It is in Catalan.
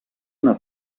una